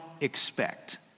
expect